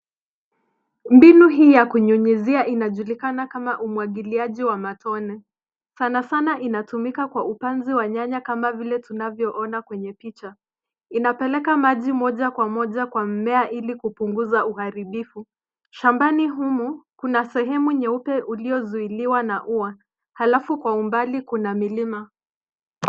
Mbinu hii ya kunyunyuzia inajulikana kama umwagiliaji wa matone, sanasana inatumika kwa upanzi wa nyanya kama vile tunavyoona kwenye picha. Inapeleka maji moja kwa moja kwa mmea ili kupunguza uharibifu. Shambani humu kuna sehemu nyeupe uliyozuiliwa na ua halafu kwa umbali kuna milima.